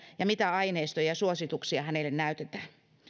ja mitä aineistoja ja suosituksia hänelle näytetään